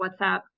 WhatsApp